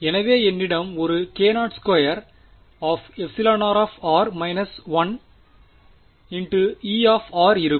எனவே என்னிடம் ஒரு k0 2r 1E இருக்கும்